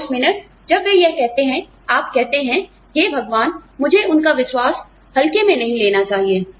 और उस मिनट जब वे यह कहते हैं आप कहते हैं हे भगवान मुझे उनका विश्वास हल्के में नहीं लेना चाहिए